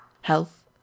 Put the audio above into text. Health